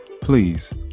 please